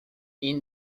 این